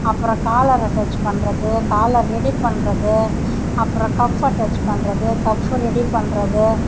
அப்புறம் collar attach பண்ணுறது collar ready பண்ணுறது அப்புறம் கஃப் அட்டாச் பண்ணுறது கஃப் ரெடி பண்ணுறது